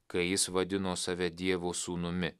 kai jis vadino save dievo sūnumi